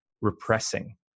repressing